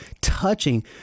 touching